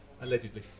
allegedly